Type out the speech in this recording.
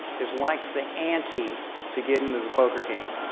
is like the ante to get into the poker game.